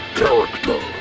character